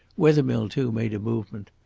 wethermill too, made a movement.